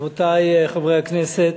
רבותי חברי הכנסת,